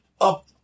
up